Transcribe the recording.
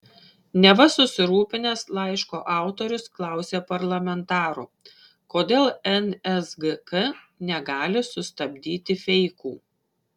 neva susirūpinęs laiško autorius klausė parlamentarų kodėl nsgk negali sustabdyti feikų